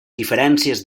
diferències